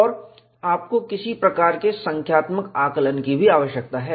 और आपको किसी प्रकार के संख्यात्मक आकलन की भी आवश्यकता है